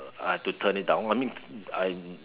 I had to turn it down I mean I